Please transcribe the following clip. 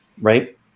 right